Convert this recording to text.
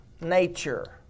nature